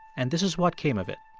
and this is what came of it.